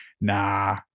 Nah